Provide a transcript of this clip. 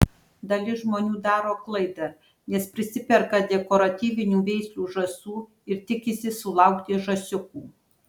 dalis žmonių daro klaidą nes prisiperka dekoratyvinių veislių žąsų ir tikisi sulaukti žąsiukų